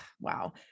wow